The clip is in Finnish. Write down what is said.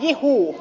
jihuu